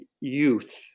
youth